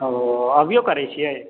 ओ अभियो करै छियै